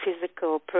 physical